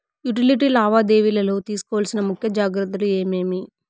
Utility లావాదేవీల లో తీసుకోవాల్సిన ముఖ్య జాగ్రత్తలు ఏమేమి?